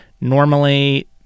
normally